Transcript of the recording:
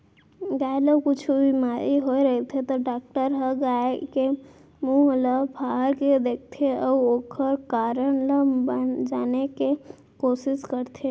गाय ल कुछु बेमारी होय रहिथे त डॉक्टर ह गाय के मुंह ल फार के देखथें अउ ओकर कारन ल जाने के कोसिस करथे